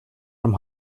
from